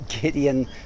Gideon